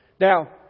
Now